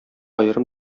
аерым